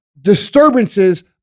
disturbances